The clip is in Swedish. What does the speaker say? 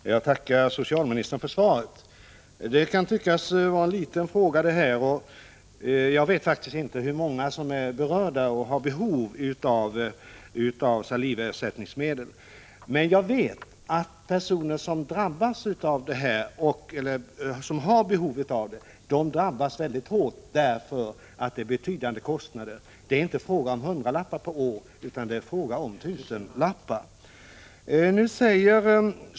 Herr talman! Jag tackar socialministern för svaret. Det här kan tyckas vara en liten fråga. Jag vet faktiskt inte hur många som är berörda och har behov av saliversättningsmedel. Men jag vet att personer som har behov av detta medel drabbas väldigt hårt. Det handlar nämligen om betydande kostnader — det är inte fråga om hundralappar per år, utan om tusenlappar.